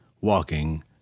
walking